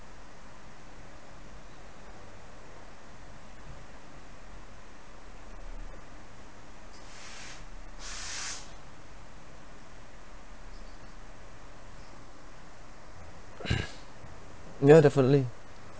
ya definitely